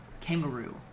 kangaroo